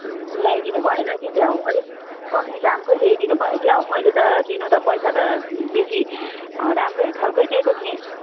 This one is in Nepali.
लगाइदिनु भएन कि क्या हो अलिक कम्ती दामकै ल्याइदिनु भयो क्या हो मैले त दिनु त पैसा त बेसी राम्रै खालकै दिएको थिएँ